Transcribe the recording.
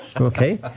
okay